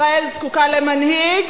ישראל זקוקה למנהיג,